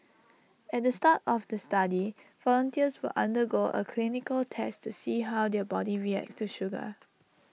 at the start of the study volunteers will undergo A clinical test to see how their body reacts to sugar